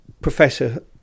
Professor